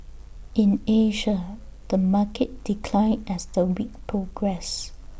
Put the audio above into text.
in Asia the market declined as the week progressed